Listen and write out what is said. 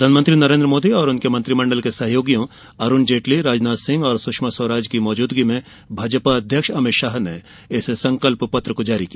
प्रधानमंत्री नरेंद्र मोदी और उनके मंत्रिमंडल के सहयोगियों अरूण जेटली राजनाथ सिंह और सुषमा स्वराज की मौजूदगी में भाजपा अध्यक्ष अमित षाह ने इस संकल्प पत्र को जारी किया